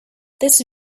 this